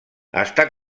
està